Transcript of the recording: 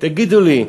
תגידו לי,